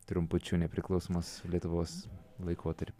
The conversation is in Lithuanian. trumpučiu nepriklausomos lietuvos laikotarpiu